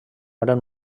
gran